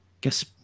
guess